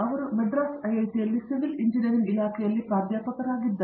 ಅವರು ಮದ್ರಾಸ್ ಐಐಟಿಯಲ್ಲಿ civil engineering ಇಲಾಖೆಯ ಪ್ರಾಧ್ಯಾಪಕರಾಗಿದ್ದಾರೆ